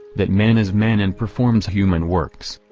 that man is man and performs human works,